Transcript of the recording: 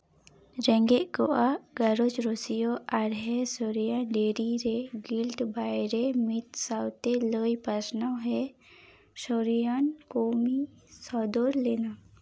ᱨᱮᱸᱜᱮᱡ ᱠᱚᱣᱟᱜ ᱜᱷᱟᱨᱚᱸᱡᱽ ᱨᱟᱹᱥᱭᱟᱹ ᱟᱨᱦᱮ ᱥᱳᱨᱤᱭᱟ ᱰᱮᱨᱤ ᱨᱮ ᱜᱤᱞᱴ ᱵᱟᱭᱨᱮ ᱢᱤᱫ ᱥᱟᱶᱛᱮ ᱞᱟᱹᱭ ᱯᱟᱥᱱᱟᱣ ᱮ ᱥᱳᱨᱤᱭᱟᱱ ᱠᱟᱹᱢᱤ ᱥᱚᱫᱚᱨ ᱞᱮᱱᱟ